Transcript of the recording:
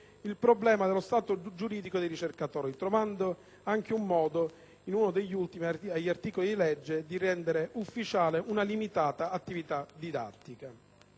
il problema dello stato giuridico dei ricercatori, trovando anche modo, in uno degli ultimi articoli della legge, di rendere ufficiale «*una* *limitata* *attività* *didattica*»